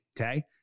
Okay